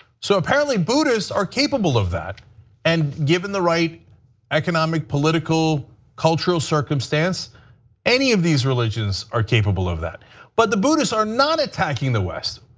so apparently buddhists are capable of that and given the right economic political cultural circumstance any of these religions are capable of that but the buddhists are not attacking the west.